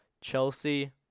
Chelsea